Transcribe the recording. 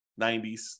90s